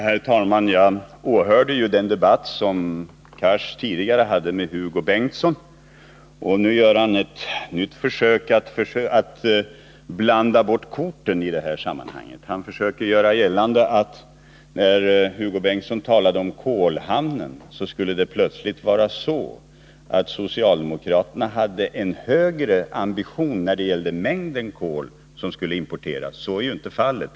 Herr talman! Jag åhörde den debatt som Hadar Cars tidigare hade med Hugo Bengtsson. Nu gör han ett nytt försök att blanda bort korten i det här sammanhanget. När Hugo Bengtsson hade talat om kolhamnen försökte Hadar Cars göra gällande att socialdemokraterna plötsligt hade en högre ambition då det gällde mängden kol som skulle importeras. Så är inte fallet.